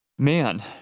Man